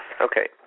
Okay